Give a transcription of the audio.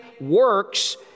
works